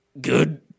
good